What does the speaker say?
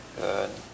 Good